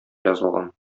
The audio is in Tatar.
язылган